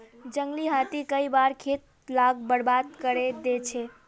जंगली हाथी कई बार खेत लाक बर्बाद करे दे छे